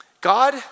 God